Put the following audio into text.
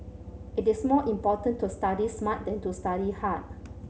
it is more important to study smart than to study hard